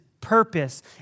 purpose